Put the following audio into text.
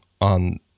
on